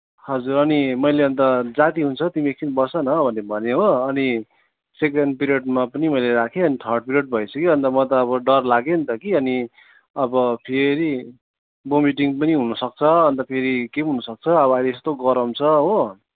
हजुर अनि मैले अनि त जाती हुन्छौ तिमी एकछिन बस न भनेर भने हो अनि सेकेन्ड पिरियडमा पनि मैले राखेँ अनि थर्ड पिरियड भइसक्यो अनि त म त अब डर लाग्यो नि त कि अनि अब फेरि भोमिटिङ पनि हुनसक्छ अनि त फेरि केही पनि हुनसक्छ अब अहिले यस्तो गरम छ हो